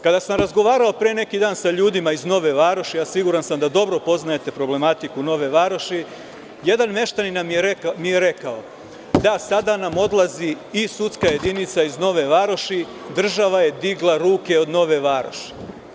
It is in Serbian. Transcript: Kada sam razgovarao pre neki dan sa ljudima iz Nove Varoši, a siguran sam da dobro poznajete problematiku Nove Varoši, jedan meštanin mi je rekao – da, sada nam odlazi i sudska jedinica iz Nove Varoši, država je digla ruke od Nove Varoši.